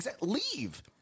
leave